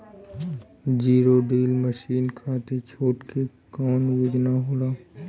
Zero till machine खाती छूट के कवन योजना होला?